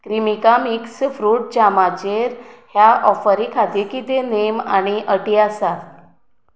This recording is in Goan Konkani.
क्रीमिका मिक्स फ्रूट जामाचेर ह्या ऑफरी खातीर कितें नेम आनी अटी आसा